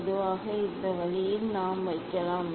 பொதுவாக இந்த வழியில் நாம் வைக்கலாம்